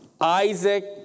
Isaac